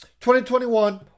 2021